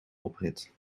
oprit